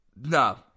No